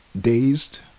dazed